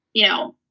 you know,